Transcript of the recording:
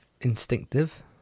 Instinctive